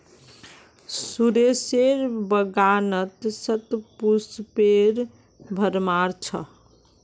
सुरेशेर बागानत शतपुष्पेर भरमार छ